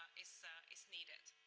is ah is needed.